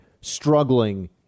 struggling